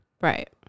Right